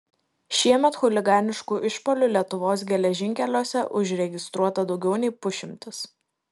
šiemet chuliganiškų išpuolių lietuvos geležinkeliuose užregistruota daugiau nei pusšimtis